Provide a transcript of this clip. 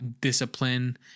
discipline